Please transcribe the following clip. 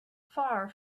far